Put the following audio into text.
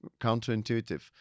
counterintuitive